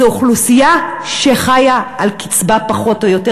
זו אוכלוסייה שחיה על קצבה, פחות או יותר.